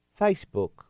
Facebook